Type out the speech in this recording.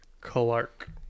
Clark